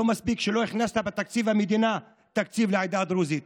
לא מספיק שלא הכנסת בתקציב המדינה תקציב לעדה הדרוזית,